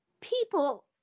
people